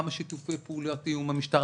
כמה שיתופי פעולה יהיו עם המשטרה,